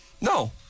No